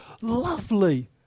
lovely